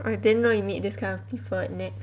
I didn't know you meet this kind of people